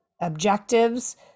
objectives